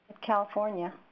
California